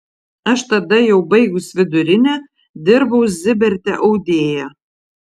aš tada jau baigus vidurinę dirbau ziberte audėja